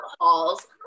halls